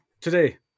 today